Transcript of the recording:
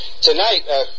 tonight